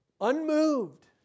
Unmoved